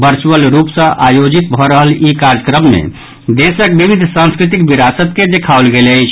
virtual रूप सँ आयोजित भऽ रहल ई कार्यक्रम मे देशक विविध सांस्कृति विरासत के देखाओल गेल अछि